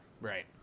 Right